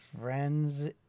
Friends